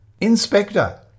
Inspector